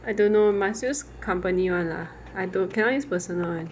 I don't know must use company [one] lah I don't cannot use personal [one]